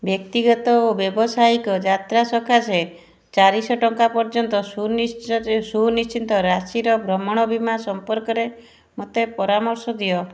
ବ୍ୟକ୍ତିଗତ ଓ ବ୍ୟାବସାୟିକ ଯାତ୍ରା ସକାଶେ ଚାରିଶହ ଟଙ୍କା ପର୍ଯ୍ୟନ୍ତ ସୁନିଶ୍ଚିତ ରାଶିର ଭ୍ରମଣ ବୀମା ସମ୍ପର୍କରେ ମୋତେ ପରାମର୍ଶ ଦିଅ